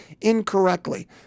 incorrectly